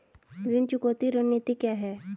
ऋण चुकौती रणनीति क्या है?